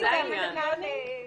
זה העניין.